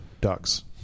ducks